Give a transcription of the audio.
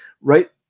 right